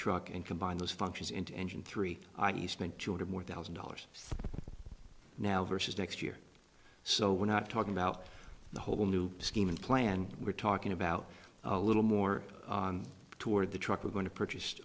truck and combine those functions into engine three i e spend ga more thousand dollars now versus next year so we're not talking about the whole new scheme and plan we're talking about a little more toward the truck we're going to purchase